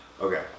Okay